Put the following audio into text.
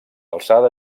alçada